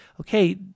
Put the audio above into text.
okay